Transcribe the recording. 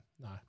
No